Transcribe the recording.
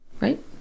right